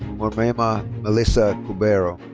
morayma melissa cubero.